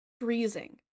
Freezing